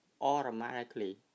automatically